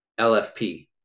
LFP